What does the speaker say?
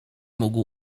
mógł